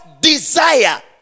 desire